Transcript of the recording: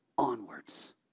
onwards